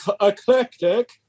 eclectic